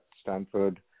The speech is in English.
Stanford